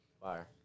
fire